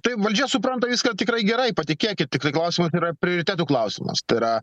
tai valdžia supranta viską tikrai gerai patikėkit tik tai klausimas yra prioritetų klausimas tai yra